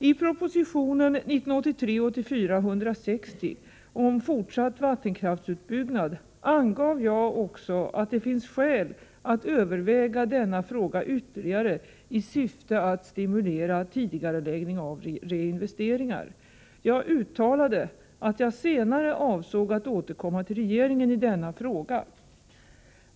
I proposition 1983/84:160 om fortsatt vattenkraftsutbyggnad angav jag också att det finns skäl att överväga denna fråga ytterligare i syfte att stimulera tidigareläggning av reinvesteringar. Jag uttalade att jag senare avsåg att återkomma till regeringen i denna fråga.